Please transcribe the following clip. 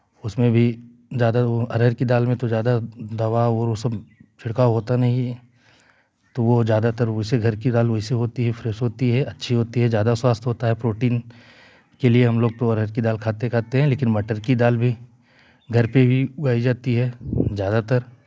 उसमें भी ज्यादा की अरहर की दाल में तो ज्यादा दवा और वो सब छिड़काव होता नहीं है तो वो ज्यादातर उसे घर की दाल वैसे होती है फ्रेश होती है अच्छी होती है ज्यादा सवस्थ होता है प्रोटीन के लिए हम लोग तो अरहर की दाल खाते खाते है लेकिन मटर की दाल भी घर पर भी उगाई जाती है ज्यादातर